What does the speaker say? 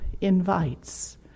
invites